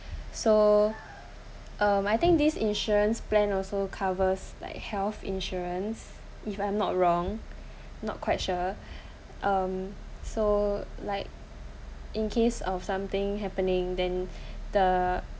so um think this insurance plan also covers like health insurance if I'm not wrong not quite sure um so like in case of something happening